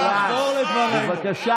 להפך,